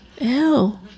Ew